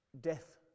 death